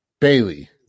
Bailey